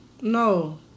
No